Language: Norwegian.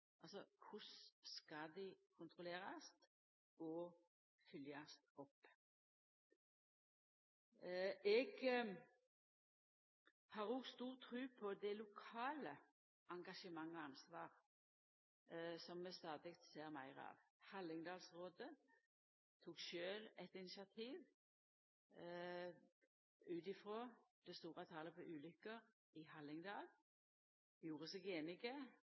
skal dei kontrollerast og følgjast opp? Eg har òg stor tru på det lokale engasjementet og ansvaret som vi stadig ser meir av. Hallingdalsrådet tok sjølv eit initiativ på bakgrunn av det store talet på ulukker i Hallingdal. Dei vart einige